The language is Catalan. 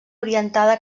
orientada